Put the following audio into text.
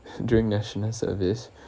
during national service